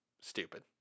stupid